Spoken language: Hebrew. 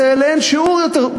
זה לאין שיעור יותר.